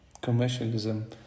commercialism